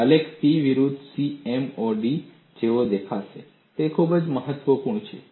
આલેખ P વિરુદ્ધ CMOD જેવો દેખાય છે તે ખૂબ જ મહત્વપૂર્ણ છે